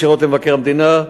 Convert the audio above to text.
ישירות למבקר המדינה,